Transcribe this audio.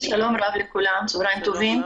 שלום רב לכולם, צהריים טובים.